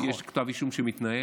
שיש כתב אישום שמתנהל